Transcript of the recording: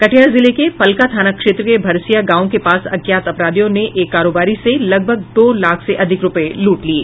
कटिहार जिले के फलका थाना क्षेत्र के भरसिया गांव के पास अज्ञात अपराधियों ने एक कारोबारी से लगभग दो लाख से अधिक रुपये लूट लिये